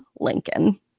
Lincoln